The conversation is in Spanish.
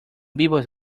vivos